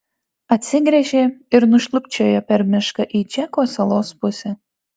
apsigręžė ir nušlubčiojo per mišką į džeko salos pusę